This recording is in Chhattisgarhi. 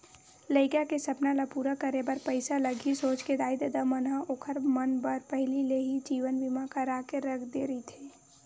लइका के सपना ल पूरा करे बर पइसा लगही सोच के दाई ददा मन ह ओखर मन बर पहिली ले ही जीवन बीमा करा के रख दे रहिथे